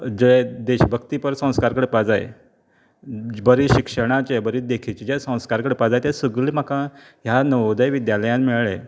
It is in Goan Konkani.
जे देशभक्ती पर संस्कार घडपा जाय बरें शिक्षणाचे बरें देखीचें संस्कार घडपा जाय ते सगळें म्हाका ह्या नवोदय विद्द्यालयांत मेळ्ळे